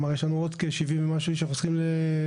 יש לנו עוד כ-70 ומשהו שאנחנו צריכים לגייס,